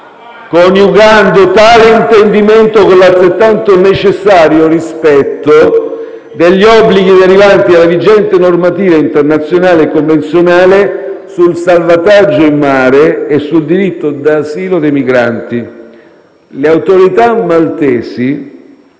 …coniugando tale intendimento con l'altrettanto necessario rispetto degli obblighi derivanti dalla vigente normativa internazionale e convenzionale sul salvataggio in mare e sul diritto d'asilo dei migranti. Le autorità maltesi,